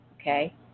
Okay